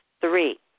three